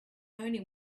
only